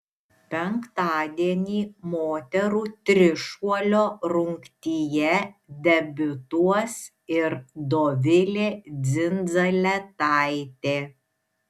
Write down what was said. penktadienį moterų trišuolio rungtyje debiutuos ir dovilė dzindzaletaitė